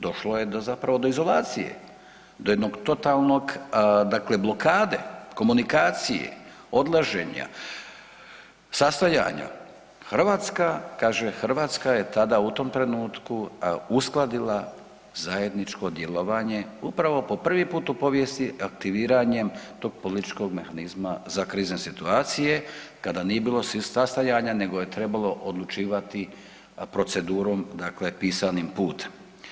Došlo je zapravo do izolacije, do jednog totalnog dakle blokade komunikacije, odlaženja, sastajanja, Hrvatska kaže Hrvatska je u tom trenutku uskladila zajedničko djelovanje upravo po prvi puta u povijesti aktiviranjem tog političkog mehanizma za krizne situacije kada nije bilo sastajanja nego je trebalo odlučivati procedurom, dakle pisanim putem.